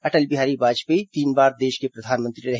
अटल बिहारी वाजपेयी तीन बार देश के प्रधानमंत्री रहे